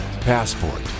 Passport